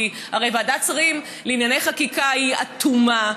כי הרי ועדת שרים לענייני חקיקה היא אטומה,